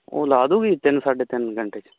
ਉਹ ਲਾ ਦੂਗੀ ਤਿੰਨ ਸਾਢੇ ਤਿੰਨ ਘੰਟੇ 'ਚ